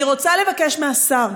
אני רוצה לבקש מהשר,